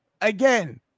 again